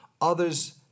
others